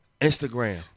Instagram